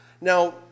Now